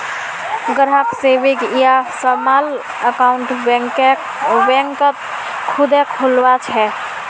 ग्राहक सेविंग या small account बैंकत खुदे खुलवा छे